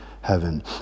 heaven